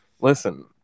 Listen